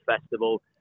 festival